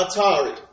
Atari